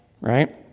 right